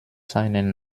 seinen